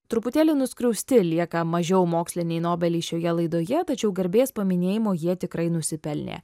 truputėlį nuskriausti lieka mažiau moksliniai nobeliai šioje laidoje tačiau garbės paminėjimo jie tikrai nusipelnė